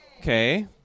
Okay